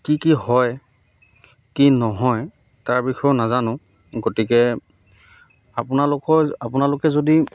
কি কি হয় কি নহয় তাৰ বিষয়েও নাজানো গতিকে আপোনালোকৰ আপোনালোকে যদি